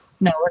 No